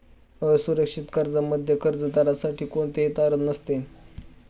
असुरक्षित कर्जामध्ये कर्जदारासाठी कोणतेही तारण नसते